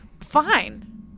fine